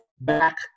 back